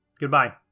Goodbye